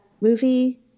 movie